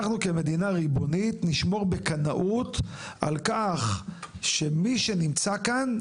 אנחנו כמדינה ריבונית נשמור בקנאות על כך שמי שנמצא כאן,